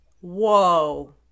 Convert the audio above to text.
Whoa